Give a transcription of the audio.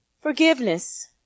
Forgiveness